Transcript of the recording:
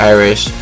Irish